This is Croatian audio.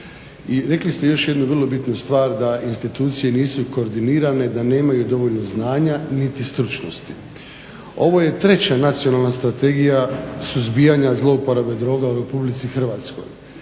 rekli ste još jednu vrlo bitnu stvar da institucije nisu koordinirane, da nemaju dovoljno znanja niti stručnosti. Ovo je treća Nacionalna strategija suzbijanja zlouporaba droga u RH.